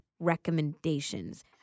recommendations